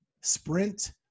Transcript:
sprint